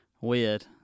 weird